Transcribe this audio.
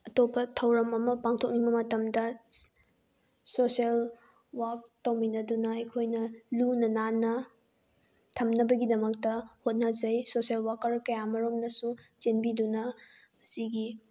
ꯑꯇꯣꯞꯄ ꯊꯧꯔꯝ ꯑꯃ ꯄꯥꯡꯊꯣꯛꯅꯤꯡꯕ ꯃꯇꯝꯗ ꯁꯣꯁꯦꯜ ꯋꯥꯛ ꯇꯧꯃꯤꯟꯅꯗꯨꯅ ꯑꯩꯈꯣꯏꯅ ꯂꯨꯅ ꯅꯥꯟꯅ ꯊꯝꯅꯕꯒꯤꯗꯃꯛꯇ ꯍꯣꯠꯅꯖꯩ ꯁꯣꯁꯦꯜ ꯋꯥꯀꯔ ꯀꯌꯥꯃꯔꯨꯝꯅꯁꯨ ꯆꯦꯟꯕꯤꯗꯨꯅ ꯁꯤꯒꯤ